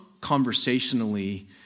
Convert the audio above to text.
conversationally